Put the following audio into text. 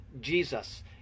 Jesus